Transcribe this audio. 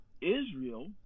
Israel